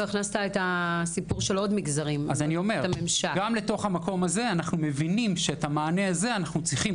גם לתוך המקום הזה אנחנו מבינים שאת המענה הזה אנחנו צריכים,